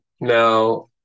Now